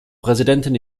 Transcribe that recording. präsidentin